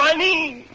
um me.